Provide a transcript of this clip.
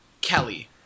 Kelly